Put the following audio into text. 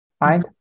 right